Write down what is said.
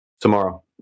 tomorrow